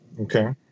Okay